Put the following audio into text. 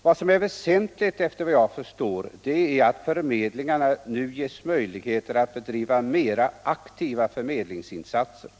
Vad som är väsentligt, enligt vad jag förstår, är att förmedlingarna nu ges möjlighet att bedriva mera aktiva förmedlingsinsatser än tidigare.